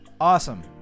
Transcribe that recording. awesome